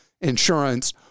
insurance